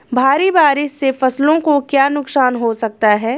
भारी बारिश से फसलों को क्या नुकसान हो सकता है?